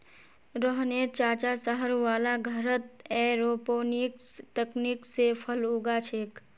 रोहनेर चाचा शहर वाला घरत एयरोपोनिक्स तकनीक स फल उगा छेक